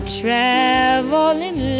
traveling